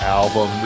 album